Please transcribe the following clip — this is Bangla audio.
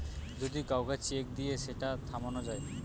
যদি কাউকে চেক দিয়ে সেটা থামানো যায়